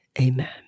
Amen